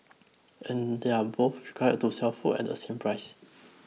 and they're both required to sell food at the same price